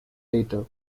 later